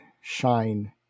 shine